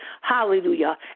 Hallelujah